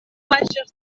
vages